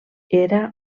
era